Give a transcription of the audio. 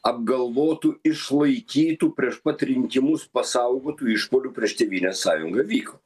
apgalvotų išlaikytų prieš pat rinkimus pasaugotų išpuolių prieš tėvynės sąjungą vyko